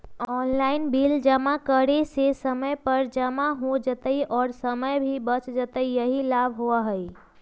Online bill जमा करे से समय पर जमा हो जतई और समय भी बच जाहई यही लाभ होहई?